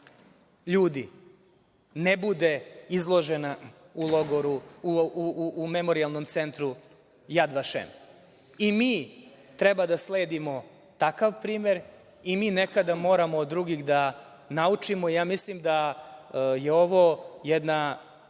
ljudi, ne bude izložena u Memorijalnom centru „Jad Vašem“. I mi treba da sledimo takav primer i mi nekada moramo od drugih da naučimo. Mislim da je ovo jedna